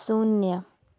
शून्य